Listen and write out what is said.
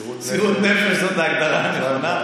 מסירות נפש זאת ההגדרה.